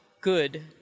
good